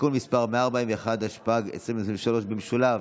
(תיקון מס' 141), התשפ"ג 2023, במשולב,